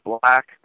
black